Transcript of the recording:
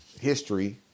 history